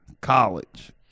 College